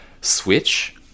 Switch